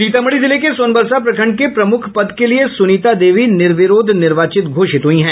सीतामढ़ी जिले के सोनबरसा प्रखंड के प्रमुख पद के लिये सुनीता देवी निर्विरोध निर्वाचित घोषित हुई हैं